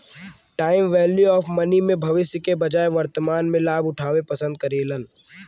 time value of money में भविष्य के बजाय वर्तमान में लाभ उठावे पसंद करेलन